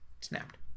snapped